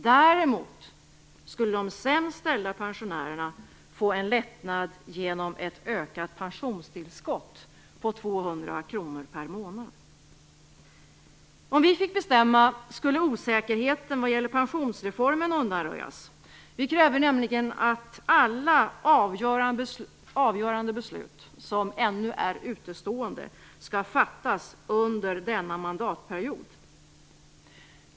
Däremot skulle de sämst ställda pensionärerna få en lättnad genom ett ökat pensionstillskott på 200 kr per månad. Om vi fick bestämma skulle osäkerheten vad gäller pensionsreformen undanröjas. Vi kräver nämligen att alla avgörande beslut som ännu är utestående skall fattas under denna mandatperiod.